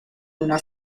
una